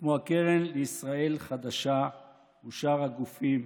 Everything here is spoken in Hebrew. כמו הקרן לישראל חדשה ושאר הגופים.